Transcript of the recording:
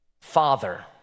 father